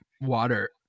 Water